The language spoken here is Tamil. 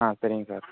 ஆ சரிங்க சார்